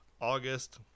August